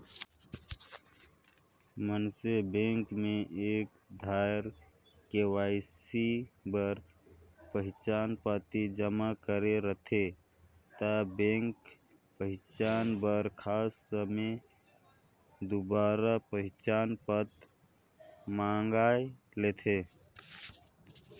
मइनसे बेंक में एक धाएर के.वाई.सी बर पहिचान पाती जमा करे रहथे ता बेंक पहिचान बर खास समें दुबारा पहिचान पत्र मांएग लेथे